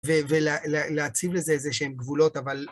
ו-ו-ל-ל-להציב לזה איזה שהן גבולות, אבל...